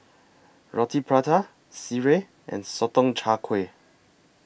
Roti Prata Sireh and Sotong Char Kway